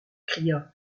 cria